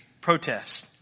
protests